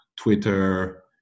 Twitter